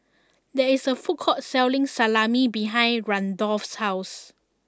there is a food court selling Salami behind Randolph's house